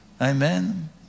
Amen